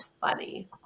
funny